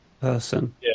person